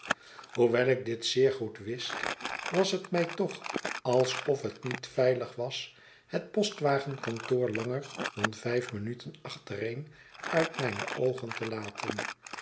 hoewel ik dit zeer goed wist was het mij toch alsof hetniet veilig was het postwagenkantoor langer dan vijf minuten achtereen uit mijne oogen te laten